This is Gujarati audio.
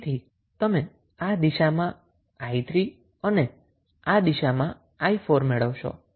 તેથી તમે આ દિશામાં 𝑖3 અને આ દિશામાં 𝑖4 મેળવશો